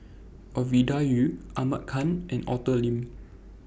Ovidia Yu Ahmad Khan and Arthur Lim